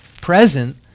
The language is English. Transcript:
present